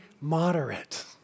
moderate